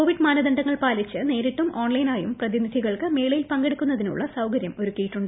Covid മാനദണ്ഡങ്ങൾ പാലിച്ച് നേരിട്ടും ഓൺലൈനായും പ്രതിനിധികൾക്ക് മേളയിൽ പങ്കെടുക്കുന്നതിനുള്ള സൌകരൃം ഒരുക്കിയിട്ടുണ്ട്